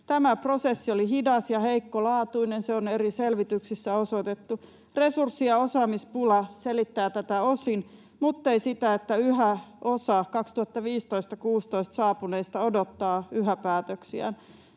Tämä prosessi oli hidas ja heikkolaatuinen, se on eri selvityksissä osoitettu. Resurssi- ja osaamispula selittää tätä osin, mutta ei sitä, että osa 2015—16 saapuneista odottaa yhä päätöksiään.